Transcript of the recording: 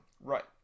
Right